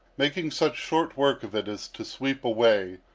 making such short work of it as to sweep away,